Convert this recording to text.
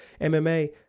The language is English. MMA